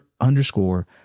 underscore